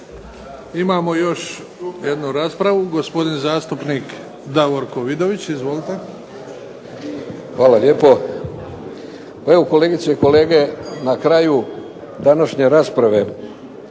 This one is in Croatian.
Imamo još jednu raspravu. Gospodin zastupnik Davorko Vidović. Izvolite. **Vidović, Davorko (SDP)** Hvala lijepo. Evo kolegice i kolege, na kraju današnje rasprave